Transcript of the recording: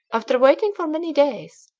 after waiting for many days,